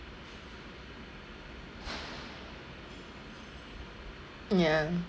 ya